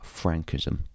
Frankism